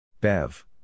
Bev